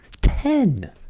Ten